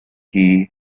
hale